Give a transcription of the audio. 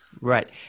Right